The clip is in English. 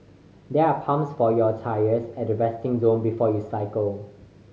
there are pumps for your tyres at the resting zone before you cycle